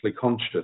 conscious